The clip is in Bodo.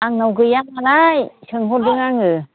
आंनाव गैया नालाय सोंहरदों आङो